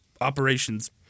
operations